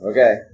Okay